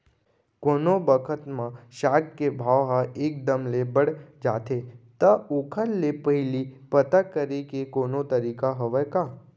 कोनो बखत म साग के भाव ह एक दम ले बढ़ जाथे त ओखर ले पहिली पता करे के कोनो तरीका हवय का?